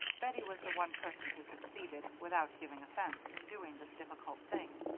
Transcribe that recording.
bettie was the one person who succeeded, without giving offense, in doing this difficult thing,